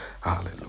Hallelujah